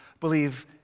believe